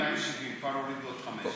היה צריך להיות 270. כבר הורידו עוד חמש.